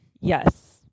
Yes